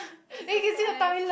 exercise